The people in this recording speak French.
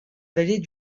vallée